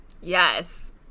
yes